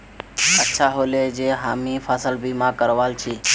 अच्छा ह ले जे हामी फसल बीमा करवाल छि